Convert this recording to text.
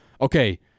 Okay